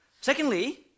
Secondly